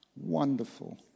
wonderful